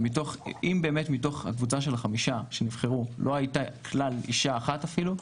אם באמת מתוך הקבוצה של החמישה שנבחרו לא היתה בכלל אשה אחת אפילו,